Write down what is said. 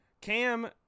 Cam